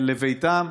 לביתם.